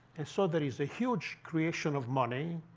and so there is a huge creation of money.